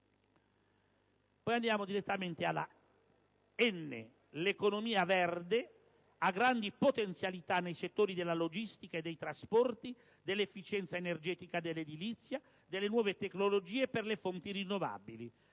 degli enti territoriali; *n)* l'economia verde ha grandi potenzialità nei settori della logistica e dei trasporti, dell'efficienza energetica nell'edilizia, delle nuove tecnologie per le fonti rinnovabili.